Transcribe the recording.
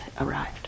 arrived